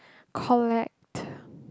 collect